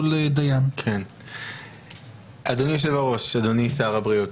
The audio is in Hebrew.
אדוני יושב-הראש, אדוני שר הבריאות,